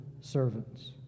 servants